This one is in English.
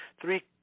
three